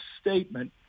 statement